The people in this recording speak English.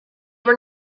were